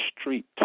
street